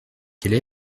quelle